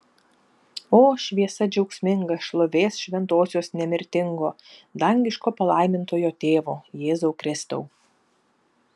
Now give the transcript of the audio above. o šviesa džiaugsminga šlovės šventosios nemirtingo dangiško palaimintojo tėvo jėzau kristau